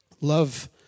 Love